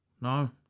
No